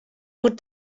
oer